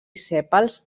sèpals